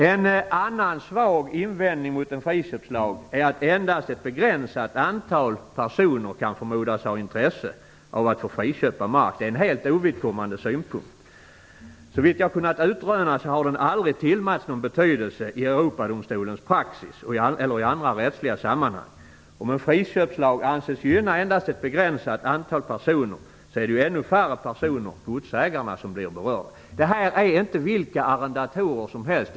En annan svag invändning mot en friköpslag är att endast ett begränsat antal personer kan förmodas ha intresse av att få friköpa mark. Det är en helt ovidkommande synpunkt. Såvitt jag har kunnat utröna har den aldrig tillmätts någon betydelse i Europadomstolens praxis eller i andra rättsliga sammanhang. Om en friköpslag anses gynna endast ett begränsat antal personer så är det ju ännu färre personer - godsägarna - som blir berörda. Det här gäller inte vilka arrendatorer som helst.